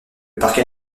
parquet